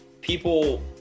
people